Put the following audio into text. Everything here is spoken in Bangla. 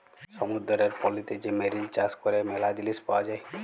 সমুদ্দুরের পলিতে যে মেরিল চাষ ক্যরে ম্যালা জিলিস পাওয়া যায়